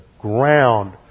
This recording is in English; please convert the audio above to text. ground